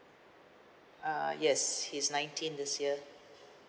uh yes he's nineteen this year